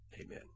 Amen